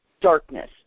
darkness